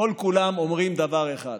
כולם אומרים דבר אחד: